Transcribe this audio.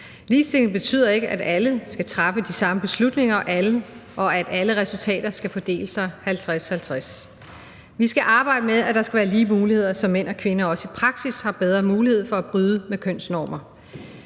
Ligestilling betyder ikke, at alle skal træffe de samme beslutninger, og at alle resultater skal fordele sig 50/50. Vi skal arbejde med, at der skal være lige muligheder, så mænd og kvinder også i praksis har bedre mulighed for at bryde med kønsnormer.